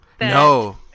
No